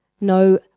no